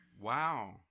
Wow